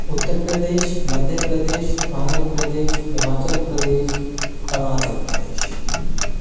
Uttar Pradesh Madhya Pradesh Andhra Pradesh Himachal Pradesh Arunachal Pradesh